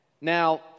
Now